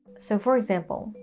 so for example,